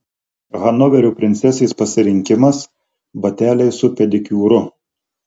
hanoverio princesės pasirinkimas bateliai su pedikiūru